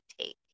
take